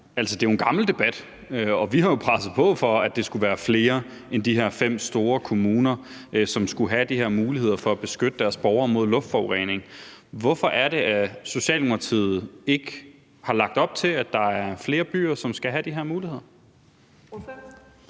det er jo en gammel debat, og vi har jo presset på for, at det skulle være flere end de her fem store kommuner, der skulle have de her muligheder for at beskytte deres borgere mod luftforurening. Hvorfor er det, at Socialdemokratiet ikke har lagt op til, at der er flere byer, der skal have de her muligheder?